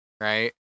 right